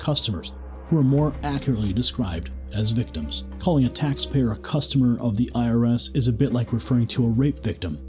customers who are more accurately described as victims calling a tax payer a customer of the iris is a bit like referring to a rape victim